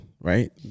right